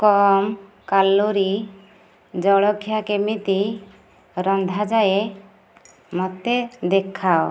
କମ୍ calorie ଜଳଖିଆ କେମିତି ରନ୍ଧାଯାଏ ମୋତେ ଦେଖାଅ